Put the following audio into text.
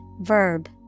verb